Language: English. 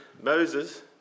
Moses